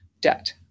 debt